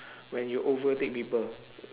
when you overtake people